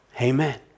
Amen